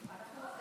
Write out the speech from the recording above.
חברים, חברי